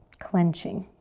clenching.